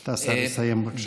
אתה צריך לסיים, בבקשה.